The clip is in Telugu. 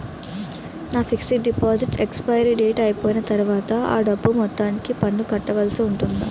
నా ఫిక్సడ్ డెపోసిట్ ఎక్సపైరి డేట్ అయిపోయిన తర్వాత అ డబ్బు మొత్తానికి పన్ను కట్టాల్సి ఉంటుందా?